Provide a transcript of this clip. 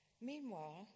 Meanwhile